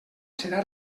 serà